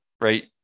right